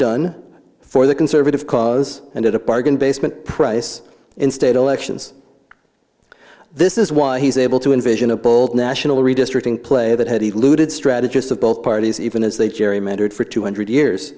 done for the conservative cause and at a bargain basement price in state elections this is why he's able to envision a bold national redistricting play that he looted strategists of both parties even as they gerrymandered for two hundred years